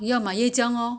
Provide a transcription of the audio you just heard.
fried !wow!